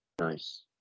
Nice